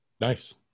Nice